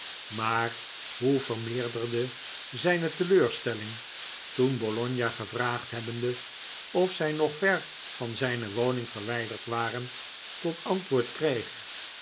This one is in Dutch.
maar hoe vermeerderde zijne teleurstelling toen bologna gevraagd hebbende of zij nog ver van zijne woning verwijderd waren tot antwoord kreeg